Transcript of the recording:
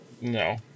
No